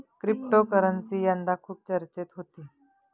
cryptocurrency यंदा खूप चर्चेत होती